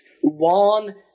one